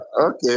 Okay